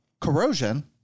corrosion